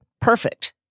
Perfect